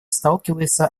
сталкивается